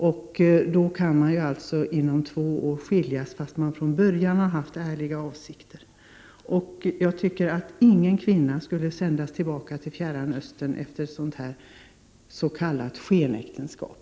Man kan ju faktiskt skilja sig inom två år fastän man från början hade ärliga avsikter. Jag tycker att ingen kvinna skall få sändas tillbaka till Fjärran Östern efter ett sådant här s.k. skenäktenskap.